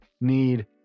need